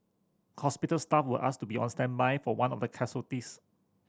hospital staff were asked to be on standby for one of the casualties